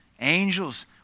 Angels